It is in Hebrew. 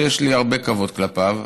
שיש לי הרבה כבוד כלפיו,